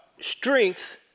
strength